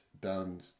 down